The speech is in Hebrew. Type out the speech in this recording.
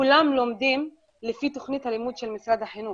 כולם לומדים לפי תוכנית הלימוד של משרד החינוך,